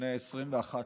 לפני 21 שנה,